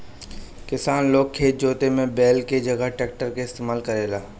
किसान लोग खेत जोते में बैल के जगह ट्रैक्टर ही इस्तेमाल करेला